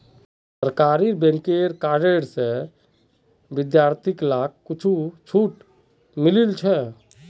सरकारी बैंकेर कार्डत विद्यार्थि लाक कुछु छूट मिलील छ